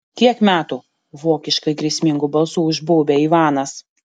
kiek metų vokiškai grėsmingu balsu užbaubia ivanas